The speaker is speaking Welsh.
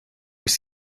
haws